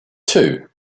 two